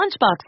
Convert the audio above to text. lunchbox